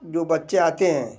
जो बच्चे आते हैं